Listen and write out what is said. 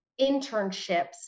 internships